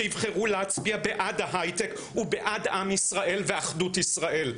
שיבחרו להצביע בעד ההייטק ובעד עם ישראל ואחדות ישראל.